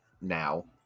now